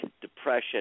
depression